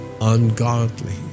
ungodly